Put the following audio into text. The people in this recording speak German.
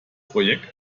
projekt